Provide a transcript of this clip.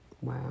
Wow